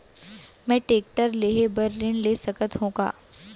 मैं टेकटर लेहे बर ऋण ले सकत हो का?